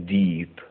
deep